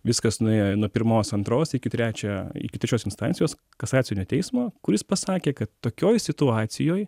viskas nuėjo nuo pirmos antros iki trečia iki trečios instancijos kasacinio teismo kuris pasakė kad tokioj situacijoj